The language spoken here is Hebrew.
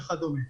וכדומה.